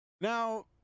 Now